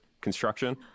construction